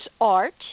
art